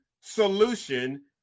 solution